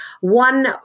one